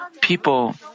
people